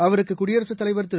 அவருக்கு குடியரசுத் தலைவர் திரு